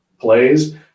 plays